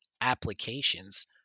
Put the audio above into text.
applications